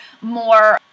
more